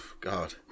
God